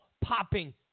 popping